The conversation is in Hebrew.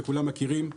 שכולם מכירים.